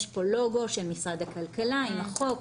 יש פה לוגו של משרד הכלכלה עם החוק,